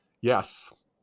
Yes